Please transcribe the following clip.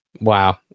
Wow